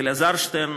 אלעזר שטרן,